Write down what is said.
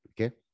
Okay